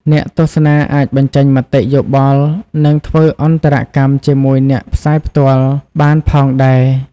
អ្នកទស្សនាអាចបញ្ចេញមតិយោបល់ និងធ្វើអន្តរកម្មជាមួយអ្នកផ្សាយផ្ទាល់ បានផងដែរ។